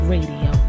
Radio